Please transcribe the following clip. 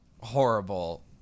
horrible